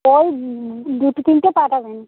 ওই দুটো তিনটা পাঠাবেন